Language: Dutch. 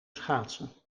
schaatsen